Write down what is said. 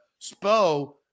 Spo